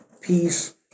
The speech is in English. peace